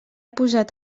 posat